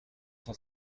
cent